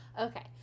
Okay